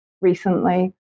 recently